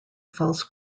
falls